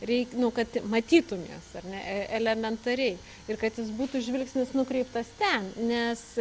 reik nu kad matytum juos ar ne e elementariai ir kad jis būtų žvilgsnis nukreiptas ten nes